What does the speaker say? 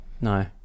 no